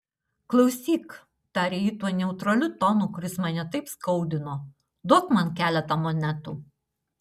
klausyk tarė ji tuo neutraliu tonu kuris mane taip skaudino duok man keletą monetų